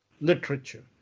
literature